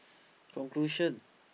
conclusion